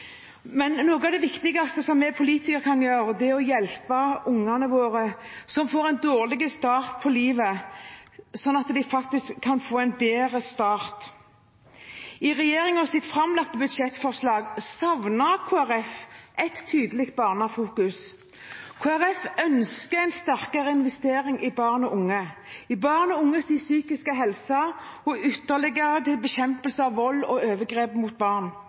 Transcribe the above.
Men noe av det viktigste vi politikere kan gjøre, er å hjelpe barna våre som får en dårlig start på livet, slik at de faktisk kan få en bedre start. I regjeringens framlagte budsjettforslag savner Kristelig Folkeparti et tydelig barnefokus. Kristelig Folkeparti ønsker en sterkere investering i barn og unge – i barn og unges psykiske helse, og ytterligere til bekjempelse av vold og overgrep mot barn.